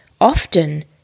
often